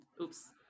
Oops